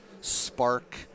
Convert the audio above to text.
spark